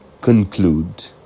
conclude